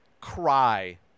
cry